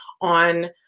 on